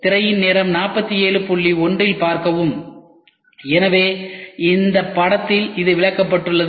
திரையின் நேரம் 47 01 இல் பார்க்கவும் எனவே இந்த படத்தில் இது விளக்கப்பட்டுள்ளது